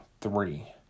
three